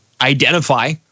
identify